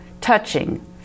Touching